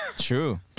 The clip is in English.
True